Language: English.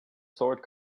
sword